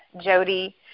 Jody